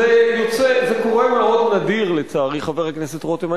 זה מאוד נדיר, לצערי, חבר הכנסת רותם.